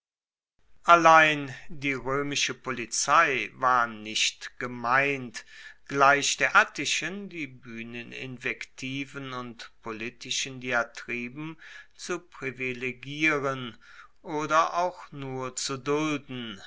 allein die roemische polizei war nicht gemeint gleich der attischen die buehneninvektiven und politischen diatriben zu privilegieren oder auch nur zu dulden